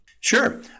Sure